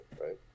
right